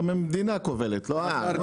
המדינה כובלת, לא